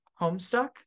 Homestuck